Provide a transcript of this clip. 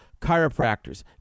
Chiropractors